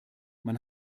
man